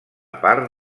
part